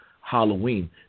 Halloween